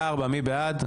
118, מי בעד?